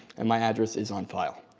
and my address is on file.